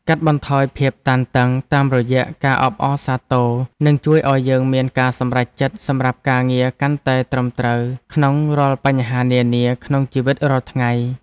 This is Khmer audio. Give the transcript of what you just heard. កាត់បន្ថយភាពតានតឹងតាមរយៈការអបអរសាទរនឹងជួយឱ្យយើងមានការសម្រេចចិត្តសម្រាប់ការងារកាន់តែត្រឹមត្រូវក្នុងរាល់បញ្ហានានាក្នុងជីវិតរាល់ថ្ងៃ។